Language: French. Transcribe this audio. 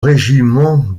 régiment